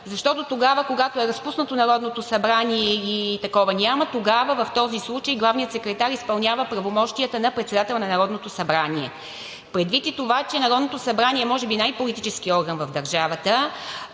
защото тогава, когато е разпуснато Народното събрание и такова няма, тогава в този случай главният секретар изпълнява правомощията на председател на Народното събрание. Предвид и това, че Народното събрание може би е най-политическият орган в държавата,